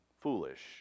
foolish